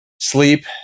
Sleep